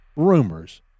rumors